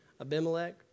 Abimelech